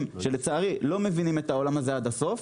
שלצערי לא מבינים את העולם הזה עד הסוף,